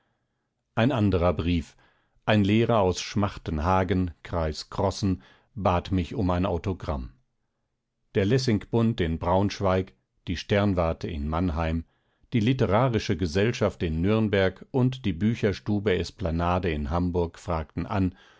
ein anderer brief ein lehrer aus schmachtenhagen kreis krossen bat mich um ein autogramm der lessingbund in braunschweig die sternwarte in mannheim die literarische gesellschaft in nürnberg und die bücherstube esplanade in hamburg fragten an